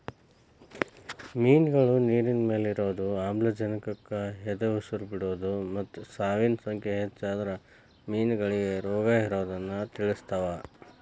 ಮಿನ್ಗಳು ನೇರಿನಮ್ಯಾಲೆ ಇರೋದು, ಆಮ್ಲಜನಕಕ್ಕ ಎದಉಸಿರ್ ಬಿಡೋದು ಮತ್ತ ಸಾವಿನ ಸಂಖ್ಯೆ ಹೆಚ್ಚಾದ್ರ ಮೇನಗಳಿಗೆ ರೋಗಇರೋದನ್ನ ತಿಳಸ್ತಾವ